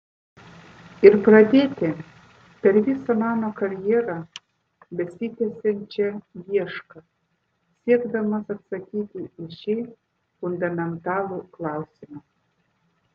ir pradėti per visą mano karjerą besitęsiančią iešką siekdamas atsakyti į šį fundamentalų klausimą